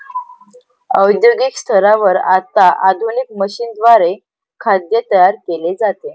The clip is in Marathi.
औद्योगिक स्तरावर आता आधुनिक मशीनद्वारे खाद्य तयार केले जाते